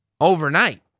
overnight